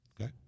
Okay